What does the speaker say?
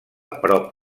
prop